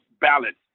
balance